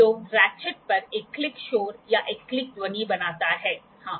तो रैचेट पर एक क्लिक शोर या एक क्लिक ध्वनि बनाता है हाँ